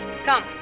Come